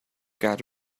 got